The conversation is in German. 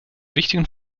wichtigen